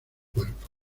cuerpo